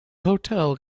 hotel